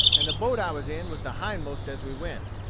and the boat i was in was the hindmost as we went.